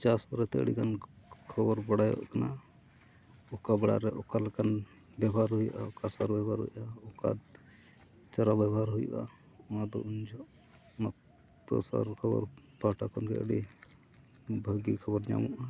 ᱪᱟᱥ ᱵᱟᱨᱮᱛᱮ ᱟᱹᱰᱤᱜᱟᱱ ᱠᱷᱚᱵᱚᱨ ᱵᱟᱲᱟᱭᱚᱜ ᱠᱟᱱᱟ ᱚᱠᱟ ᱵᱮᱲᱟᱨᱮ ᱚᱠᱟ ᱞᱮᱠᱟᱱ ᱵᱮᱵᱚᱦᱟᱨ ᱦᱩᱭᱩᱜᱼᱟ ᱚᱠᱟ ᱥᱟᱨ ᱵᱮᱵᱚᱦᱟᱨ ᱦᱩᱭᱩᱜᱼᱟ ᱚᱠᱟ ᱪᱟᱨᱟ ᱵᱮᱵᱚᱦᱟᱨ ᱦᱩᱭᱩᱜᱼᱟ ᱚᱱᱟᱫᱚ ᱩᱱ ᱡᱚᱠᱷᱮᱡ ᱚᱱᱟ ᱯᱚᱥᱟᱨ ᱠᱷᱚᱵᱚᱨ ᱯᱟᱦᱴᱟ ᱠᱷᱚᱱᱜᱮ ᱟᱹᱰᱤ ᱵᱷᱟᱹᱜᱤ ᱠᱷᱚᱵᱚᱨ ᱧᱟᱢᱚᱜᱼᱟ